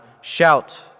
shout